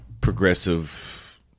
Progressive